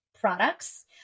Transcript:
products